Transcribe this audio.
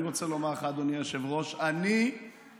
אני רוצה לומר לך, אדוני היושב-ראש, אני מתבייש.